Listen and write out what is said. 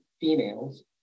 females